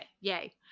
yay